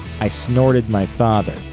i snorted my father.